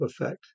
effect